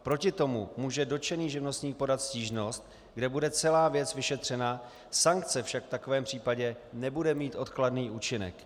Proti tomu může dotčený živnostník podat stížnost, kde bude celá věc vyšetřena, sankce však v takovém případě nebude mít odkladný účinek.